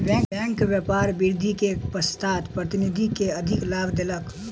bank व्यापार वृद्धि के पश्चात प्रतिनिधि के अधिलाभ देलक